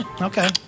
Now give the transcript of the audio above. Okay